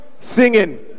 singing